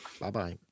Bye-bye